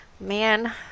Man